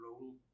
role